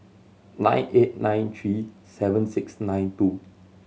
nine eight nine three seven six nine two